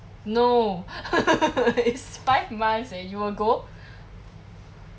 no it's five months eh and you will go